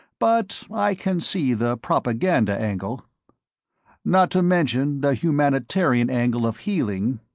but i can see the propaganda angle not to mention the humanitarian angle of healing